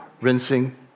rinsing